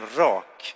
rak